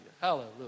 Hallelujah